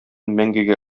мәңгегә